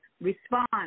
Respond